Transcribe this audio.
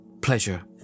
Pleasure